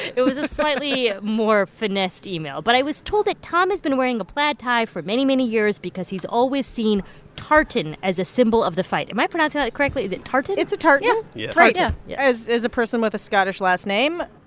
it was a slightly more finessed email, but i was told that tom has been wearing a plaid tie for many, many years because he's always seen tartan as a symbol of the fight. am i pronouncing that correctly? is it tartan? it's a tartan yeah right yeah yeah as as a person with a scottish last name,